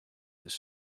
this